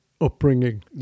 upbringing